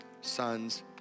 sons